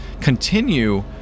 continue